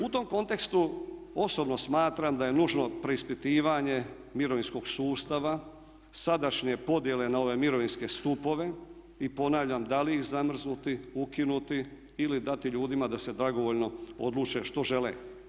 U tom kontekstu osobno smatram da je nužno preispitivanje mirovinskog sustava, sadašnje podjele na ove mirovinske stupove i ponavljam da li ih zamrznuti, ukinuti ili dati ljudima da se dragovoljno odluče što žele?